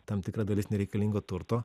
tam tikra dalis nereikalingo turto